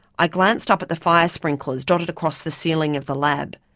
i glanced up at the fire sprinklers dotted across the ceilingof the lab,